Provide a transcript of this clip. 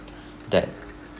that